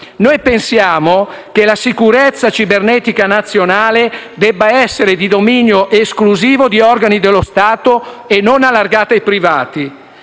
Noi pensiamo che la sicurezza cibernetica nazionale debba essere di dominio esclusivo di organi dello Stato e non allargata ai privati.